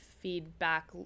feedback